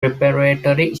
preparatory